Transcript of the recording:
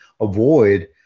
avoid